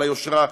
על היושרה,